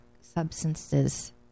substances